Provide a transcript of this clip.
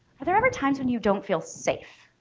are there other times when you don't feel safe?